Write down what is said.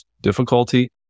difficulty